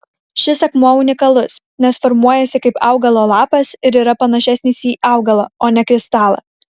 šis akmuo unikalus nes formuojasi kaip augalo lapas ir yra panašesnis į augalą o ne kristalą